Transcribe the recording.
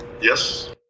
Yes